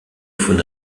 faune